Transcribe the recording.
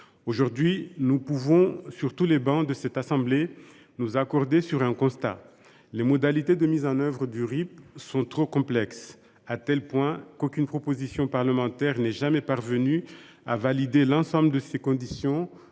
Aujourd’hui, nous pouvons, sur toutes les travées de cet hémicycle, nous accorder sur un constat : les modalités de mise en œuvre du RIP sont trop complexes, à tel point qu’aucune proposition parlementaire n’est jamais parvenue à valider l’ensemble de ces conditions